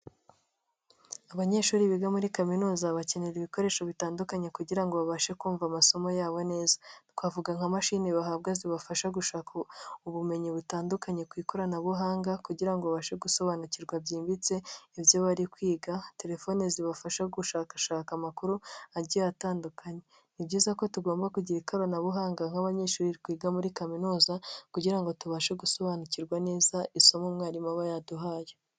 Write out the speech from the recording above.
Abanyeshuri biga muri kaminuza bakenera ibikoresho bitandukanye kugira ngo babashe kumva amasomo yabo neza, twavuga nka mashini bahabwa zibafasha gushaka ubumenyi butandukanye ku ikoranabuhanga kugira abashe gusobanukirwa byimbitse ibyo bari kwiga, telefoni zibafasha gushakashaka amakuru agiye atandukanye; ni byiza ko tugomba kugira ikoranabuhanga nk'abanyeshuri twiga muri kaminuza kugira ngo tubashe gusobanukirwa neza isomo umwarimu aba yaduhaye.